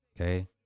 Okay